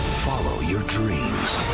follow your dreams.